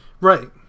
Right